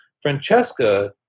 Francesca